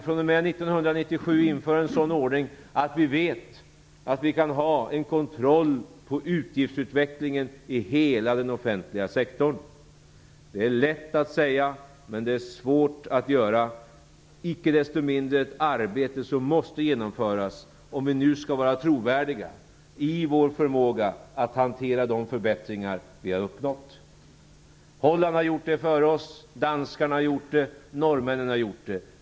fr.o.m. 1997 införs en sådan ordning att vi vet att vi kan ha en kontroll på utgiftsutvecklingen i hela den offentliga sektorn. Det är lätt att säga, men det är svårt att göra. Icke desto mindre är det ett arbete som måste genomföras, om vi nu skall vara trovärdiga i vår förmåga att hantera de förbättringar vi har uppnått. Holland har gjort det före oss. Danskarna har gjort det, norrmännen har gjort det.